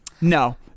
No